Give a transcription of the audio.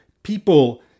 People